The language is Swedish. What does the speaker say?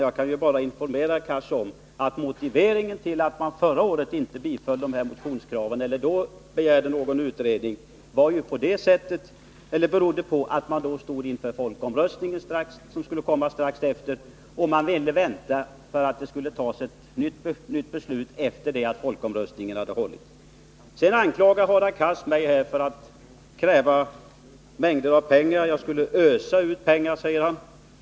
Jag kan bara informera Hadar Cars om att orsaken till att man förra året inte biföll motionskraven och då begärde en utredning var den att det snart skulle bli folkomröstning. Man ville vänta och fatta ett nytt beslut efter det att folkomröstningen hade ägt rum. Hadar Cars anklagade mig för att kräva en mängd pengar. Han sade att jag vill ösa ut pengar.